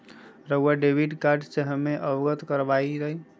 रहुआ debit card से हमें अवगत करवाआई?